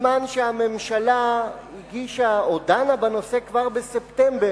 בזמן שהממשלה הגישה או דנה בנושא כבר בספטמבר,